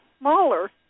smaller